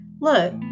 Look